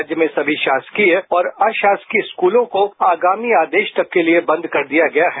राज्य में सभी शासकीय और अशासकीय स्कूलों को आगामी आदेश तक के लिए बंद कर दिया गया है